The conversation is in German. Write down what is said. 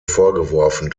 vorgeworfen